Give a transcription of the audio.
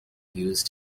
used